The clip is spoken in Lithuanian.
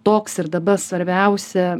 toks ir daba svarbiausia